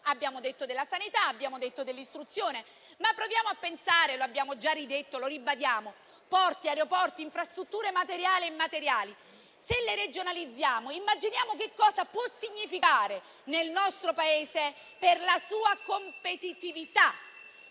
Abbiamo parlato della sanità e dell'istruzione; ma proviamo a pensare - lo abbiamo già detto e lo ribadiamo - a porti, aeroporti, infrastrutture materiali e immateriali. Se li regionalizziamo, immaginiamo che cosa può significare, per la competitività